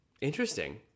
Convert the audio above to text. Interesting